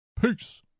Peace